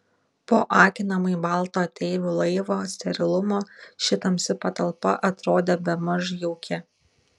po akinamai balto ateivių laivo sterilumo ši tamsi patalpa atrodė bemaž jauki